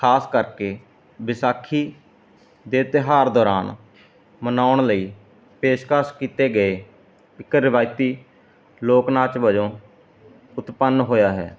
ਖਾਸ ਕਰਕੇ ਵਿਸਾਖੀ ਦੇ ਤਿਉਹਾਰ ਦੌਰਾਨ ਮਨਾਉਣ ਲਈ ਪੇਸ਼ਕਸ਼ ਕੀਤੇ ਗਏ ਇੱਕ ਰਿਵਾਇਤੀ ਲੋਕ ਨਾਚ ਵਜੋਂ ਉਤਪੰਨ ਹੋਇਆ ਹੈ